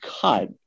cut